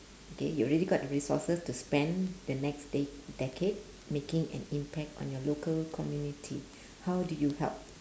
okay you already got the resources to spend the next de~ decade making an impact on your local community how do you help